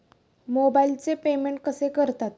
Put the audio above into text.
मोबाइलचे पेमेंट कसे करतात?